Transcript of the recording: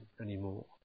anymore